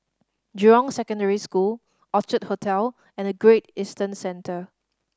Jurong Secondary School Orchard Hotel and Great Eastern Centre